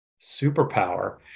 Superpower